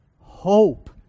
hope